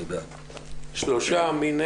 הצבעה בעד הארכת הצו 3 נגד,